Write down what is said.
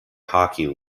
hockey